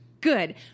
good